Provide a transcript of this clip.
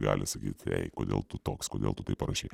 gali sakyt ei kodėl tu toks kodėl tu taip parašei